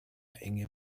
enge